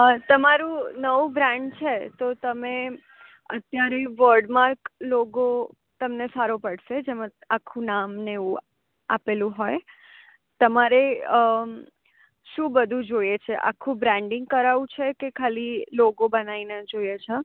તમારું નવું બ્રાન્ડ છે તો તમે અત્યારે વર્ડમાં લોગો તમને સારો પડશે જેમાં આખું નામ ને એવું આપેલું હોય તમારે શું બધું જોઈએ છે આખું બ્રાન્ડિંગ કરાવવું છે કે ખાલી લોગો બનાવીને જોઈએ છે